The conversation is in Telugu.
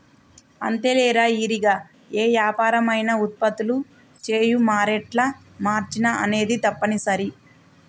అంతేలేరా ఇరిగా ఏ యాపరం అయినా ఉత్పత్తులు చేయు మారేట్ల మార్చిన అనేది తప్పనిసరి